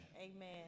Amen